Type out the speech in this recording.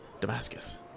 Damascus